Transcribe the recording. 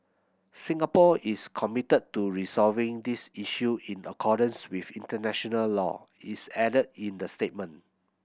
Singapore is committed to resolving these issue in the accordance with international law is added in the statement